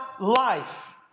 life